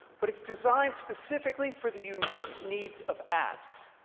but it's designed specifically for the unique needs of apps.